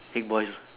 Haig Boys'